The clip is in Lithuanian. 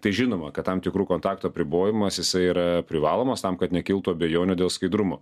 tai žinoma kad tam tikrų kontaktų apribojimas jisai yra privalomas tam kad nekiltų abejonių dėl skaidrumo